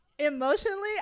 emotionally